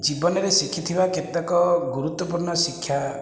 ଜୀବନରେ ଶିଖିଥିବା କେତେକ ଗୁରୁତ୍ଵପୂର୍ଣ୍ଣ ଶିକ୍ଷା